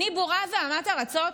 אני בורה ועמת ארצות?